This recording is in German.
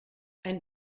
ein